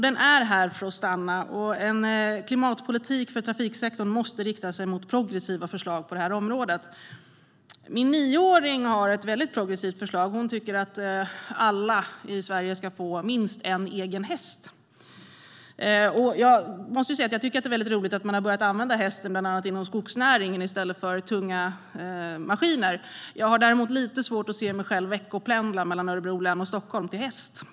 Den är här för att stanna. En klimatpolitik för trafiksektorn måste därför rikta sig mot progressiva förslag på det här området. Min nioåring har ett väldigt progressivt förslag - hon tycker att alla i Sverige ska få minst en egen häst. Jag tycker ju att det är roligt att man har börjat använda hästen bland annat inom skogsnäringen i stället för tunga maskiner. Jag har däremot lite svårt att se mig själv veckopendla mellan Örebro län och Stockholm till häst.